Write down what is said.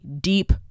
deep